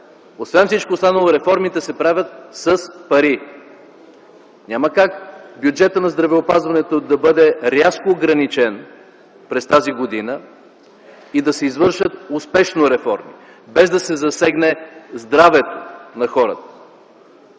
Освен всичко останало, реформите се правят с пари. Няма как бюджетът на здравеопазването да бъде рязко ограничен през тази година и да се извършат успешно реформи, без да се засегне здравето на хората.